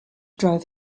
drove